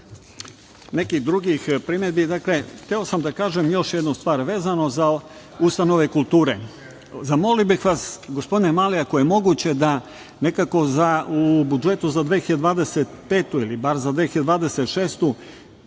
nekih drugih primedbi, hteo sam da kažem još jednu stvar, vezano za ustanove kulture. Zamolio bih vas, gospodine Mali, ako je moguće da nekako u budžetu za 2025. godinu, ili bar 2026.